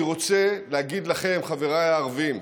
אני רוצה להגיד לכם, חבריי הערבים: